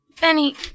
Benny